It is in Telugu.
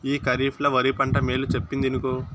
ఈ కరీఫ్ ల ఒరి పంట మేలు చెప్పిందినుకో